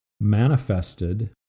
manifested